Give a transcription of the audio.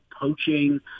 poaching